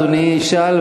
אדוני ישאל,